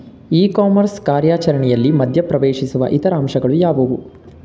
E commerce ಕಾರ್ಯಾಚರಣೆಯಲ್ಲಿ ಮಧ್ಯ ಪ್ರವೇಶಿಸುವ ಇತರ ಅಂಶಗಳು ಯಾವುವು?